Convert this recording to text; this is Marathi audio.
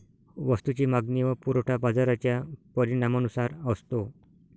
वस्तूची मागणी व पुरवठा बाजाराच्या परिणामानुसार असतो